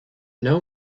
know